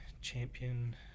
champion